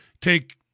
take